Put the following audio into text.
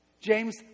James